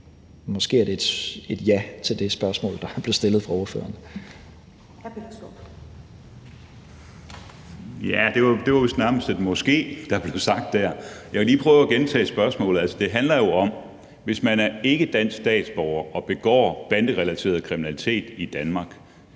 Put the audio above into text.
(Karen Ellemann): Hr. Peter Skaarup. Kl. 10:12 Peter Skaarup (DF): Det var vist nærmest et måske, der blev sagt der. Jeg vil lige prøve at gentage spørgsmålet. Det handler jo om, at hvis man er ikkedansk statsborger og begår banderelateret kriminalitet i Danmark,